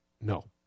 No